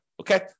Okay